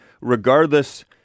regardless